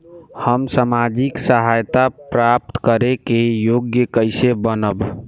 हम सामाजिक सहायता प्राप्त करे के योग्य कइसे बनब?